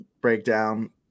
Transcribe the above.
breakdown